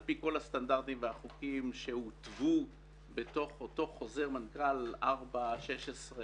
על פי כלה סטנדרטים והחוקים שהותוו בתוך אותו חוזר מנכ"ל 4/16,